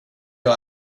jag